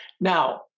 Now